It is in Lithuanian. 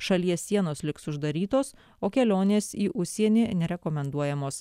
šalies sienos liks uždarytos o kelionės į užsienį nerekomenduojamos